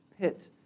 pit